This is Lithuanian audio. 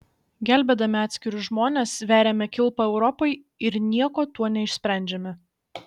gelbėdami atskirus žmones veriame kilpą europai ir nieko tuo neišsprendžiame